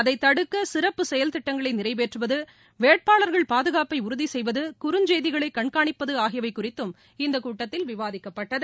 அதைதடுக்கசிறப்பு செயல்திட்டங்களைநிறைவேற்றுவது வேட்பாளர்கள் பாதுகாப்பை உறுதிசெய்வது குறுஞ்செய்திகளைகண்காணிப்பதுஆகியவைகுறித்தும் இந்தக் கூட்டத்தில் விவாதிக்கப்பட்டது